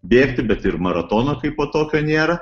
bėgti bet ir maratono kaipo tokio nėra